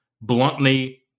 bluntly